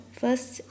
first